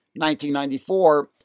1994